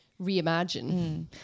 reimagine